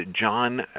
John